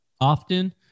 often